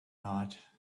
night